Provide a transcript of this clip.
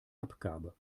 abgabe